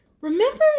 remember